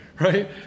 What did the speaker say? right